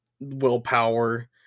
willpower